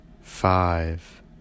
five